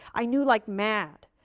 i knew like mad,